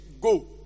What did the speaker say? go